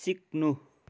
सिक्नु